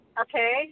Okay